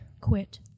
quit